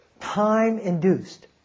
time-induced